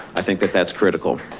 i think that that's critical.